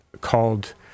called